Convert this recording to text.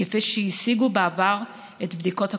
כפי שהשיגו בעבר את בדיקות הקורונה.